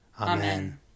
Amen